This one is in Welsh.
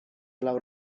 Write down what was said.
lawr